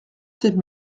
sept